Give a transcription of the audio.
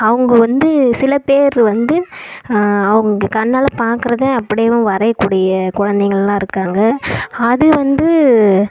அவங்க வந்து சில பேர் வந்து அவங்க கண்ணால் பார்க்கறத அப்படியேவும் வரையக்கூடிய குழந்தைங்கள்லாம் இருக்காங்க அது வந்து